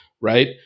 Right